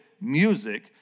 music